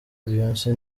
beyonce